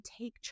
take